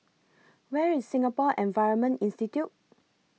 Where IS Singapore Environment Institute